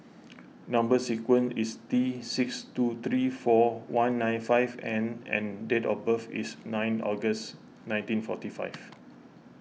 Number Sequence is T six two three four one nine five N and date of birth is nine August nineteen forty five